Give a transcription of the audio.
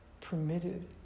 permitted